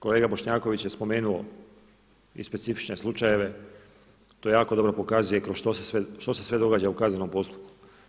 Kolega Bošnjaković je spomenuo i specifične slučajeve, to jako dobro pokazuje što se sve događa u kaznenom postupku.